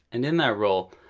and in that role,